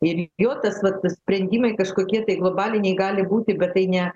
ir jo tas vat sprendimai kažkokie globaliniai gali būti bet tai ne